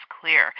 clear